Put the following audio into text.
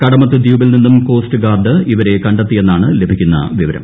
കടമത്ത് ദ്വീപിൽ നിന്നാണ് coast guard ഇവരെ കണ്ടെത്തിയെന്നാണ് ലഭിക്കുന്ന വിവരം